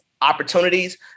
opportunities